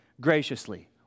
graciously